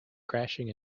crashing